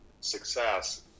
success